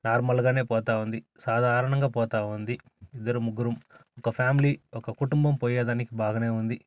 నార్మల్గానే పోతా ఉంది సాధారణంగా పోతూ ఉంది ఇద్దరు ముగ్గురు ఒక ఫ్యామిలీ ఒక కుటుంబం పోయేదానికి బాగానే ఉంది